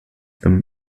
them